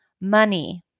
Money